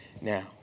now